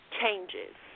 changes